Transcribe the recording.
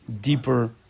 deeper